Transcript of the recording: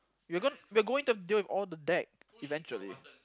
we're gon~ we're going to have to deal all the deck eventually